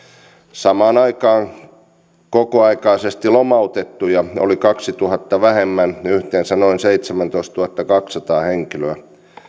samaan aikaan kokoaikaisesti lomautettuja oli kahdentuhannen vähemmän yhteensä noin seitsemäntoistatuhattakaksisataa henkilöä